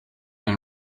and